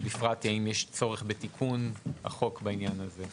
ובפרט האם יש צורך בתיקון החוק בעניין הזה.